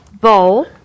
bowl